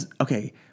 Okay